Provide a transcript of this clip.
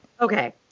Okay